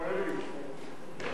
סעיפים 1